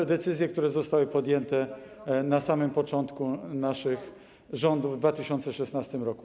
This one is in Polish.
za decyzje, które zostały podjęte na samym początku naszych rządów, w 2016 r.